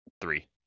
Three